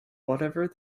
whatever